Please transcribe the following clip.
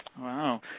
Wow